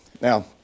now